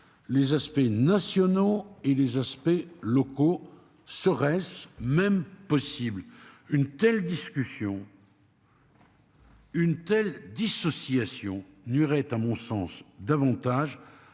Les aspects nationaux et les aspects locaux serait-ce même possible